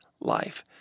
life